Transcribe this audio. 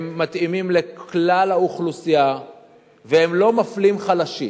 הם מתאימים לכלל האוכלוסייה והם לא מפלים חלשים.